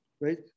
right